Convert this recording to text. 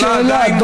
מה השאלה,